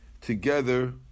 together